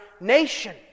nation